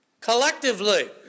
collectively